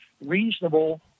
reasonable